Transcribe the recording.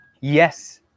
Yes